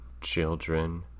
children